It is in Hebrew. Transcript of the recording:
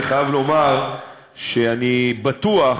אני חייב לומר שאני בטוח,